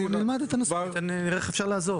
אנחנו נלמד את הנושא ונראה איך אפשר לעזור.